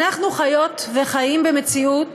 אנחנו חיות וחיים במציאות